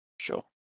Sure